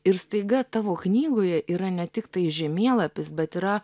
ir staiga tavo knygoje yra ne tiktai žemėlapis bet yra